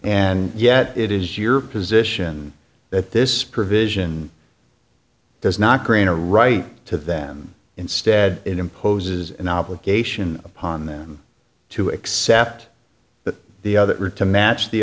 and yet it is your position that this provision does not green a right to them instead it imposes an obligation upon them to accept that the other or to match the